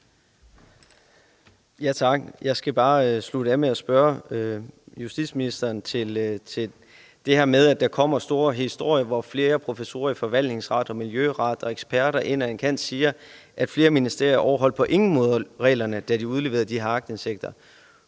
Jeg skal bare slutte af med at spørge justitsministeren om det her med, at der kommer store historier, hvor flere professorer i forvaltningsret og miljøret og eksperter over en kam siger, at flere ministerier på ingen måde overholdt reglerne, da de udleverede de her aktindsigtsdokumenter.